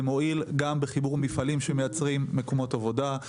זה מועיל גם בחיבור מפעלים שמייצרים מקומות עבודה,